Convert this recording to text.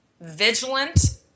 vigilant